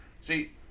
see